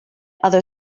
other